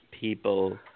people